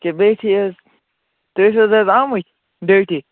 کیٛاہ بیٚہتھٕے حظ تُہۍ ٲسوٕ حظ اَز آمٕتۍ ڈیوٗٹی